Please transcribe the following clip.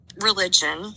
religion